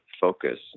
focus